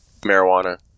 marijuana